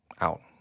out